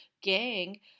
gang